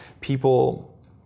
people